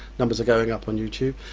numbers are going up on youtube.